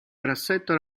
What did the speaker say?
grassetto